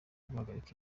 guhagarika